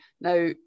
Now